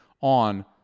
on